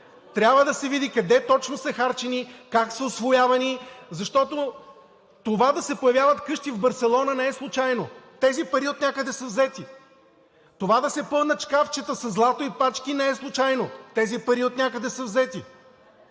Трябва да се види къде точно са харчени, как са усвоявани, защото това да се появяват къщи в Барселона не е случайно, тези пари отнякъде са взети. Това да се пълнят шкафчета със злато и пачки не е случайно, тези пари отнякъде са взети.